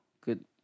good